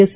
S